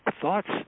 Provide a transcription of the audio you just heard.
thoughts